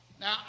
Now